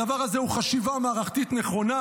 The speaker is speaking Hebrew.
הדבר הזה הוא חשיבה מערכתית נכונה,